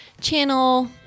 channel